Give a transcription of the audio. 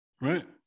right